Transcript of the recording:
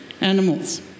animals